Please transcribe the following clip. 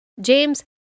James